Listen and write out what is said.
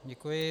Děkuji.